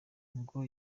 ngo